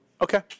Okay